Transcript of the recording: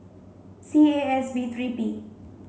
C A S V three P